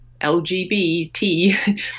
LGBT